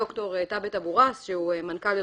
שדוקטור תאבת או ראס שהוא מנכ"ל שותף של